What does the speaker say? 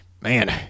Man